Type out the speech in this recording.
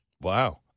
Wow